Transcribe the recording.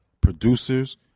producers